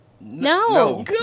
No